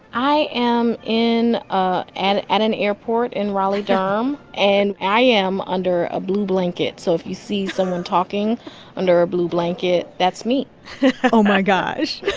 i am in ah and at an airport, in raleigh-durham. um and i am under a blue blanket, so if you see someone talking under a blue blanket, that's me oh, my gosh.